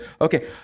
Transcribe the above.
okay